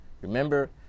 remember